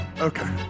Okay